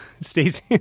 Stacy